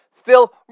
Phil